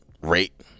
Rate